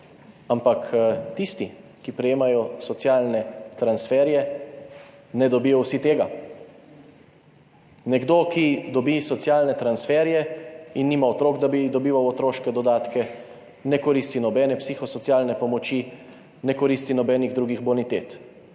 ampak tisti, ki prejemajo socialne transferje, ne dobijo vsi tega. Nekdo, ki dobi socialne transferje in nima otrok, da bi dobival otroške dodatke, ne koristi nobene psihosocialne pomoči, ne koristi nobenih drugih bonitet.